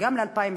וגם ל-2016,